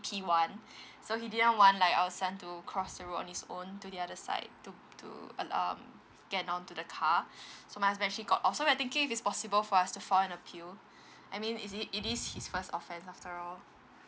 P one so he didn't want like our son to cross the road on his own to the other side to to and um get onto the car so my husband actually got off so we're thinking if it's possible for us to file an appeal I mean is it it is his first offence after all